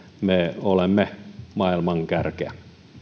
me olemme maailman kärkeä